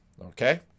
okay